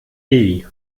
nie